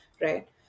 Right